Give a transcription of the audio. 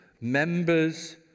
members